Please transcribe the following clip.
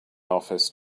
office